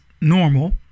normal